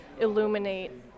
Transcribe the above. illuminate